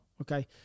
Okay